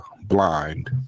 blind